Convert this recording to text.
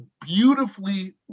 beautifully